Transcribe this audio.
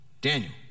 Daniel